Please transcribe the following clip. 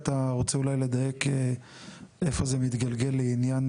אתה רוצה אולי לדייק איפה זה מתגלגל לעניין